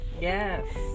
Yes